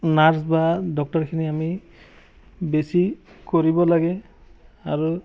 nurse বা ডক্টৰখিনি আমি বেছি কৰিব লাগে আৰু